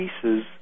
pieces